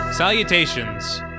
Salutations